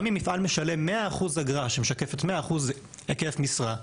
גם אם מפעל משלם 100% אגרה שמשקפת 100% היקף משרה,